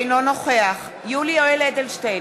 אינו נוכח יולי יואל אדלשטיין,